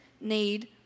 need